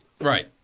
Right